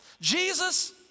Jesus